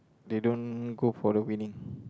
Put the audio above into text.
they don't go for the winning